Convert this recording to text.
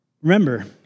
Remember